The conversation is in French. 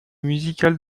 musicale